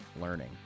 Learning